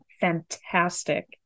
fantastic